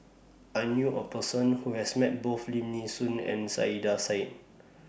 I knew A Person Who has Met Both Lim Nee Soon and Saiedah Said